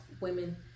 women